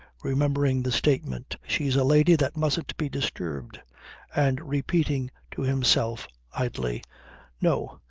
remembering the statement she's a lady that mustn't be disturbed and repeating to himself idly no.